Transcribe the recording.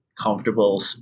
comfortable